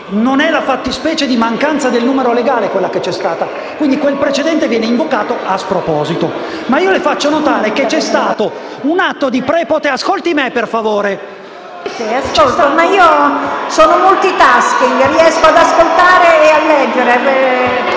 non è la fattispecie di mancanza del numero legale quella che si è verificata. E, quindi, quel precedente viene invocato a sproposito. Le faccio notare, però, che c'è stato un atto di prepotenza. Ascolti me, per favore. PRESIDENTE. La ascolto, io sono *multitasking*: riesco ad ascoltare e a leggere